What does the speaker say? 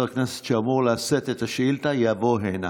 הכנסת שאמור לשאת את השאילתה יבוא הנה.